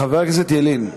חבר הכנסת ילין.